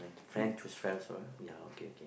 friend to friend world ya okay okay